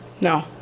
No